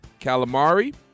calamari